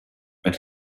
but